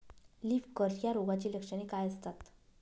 Leaf curl या रोगाची लक्षणे काय असतात?